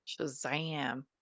Shazam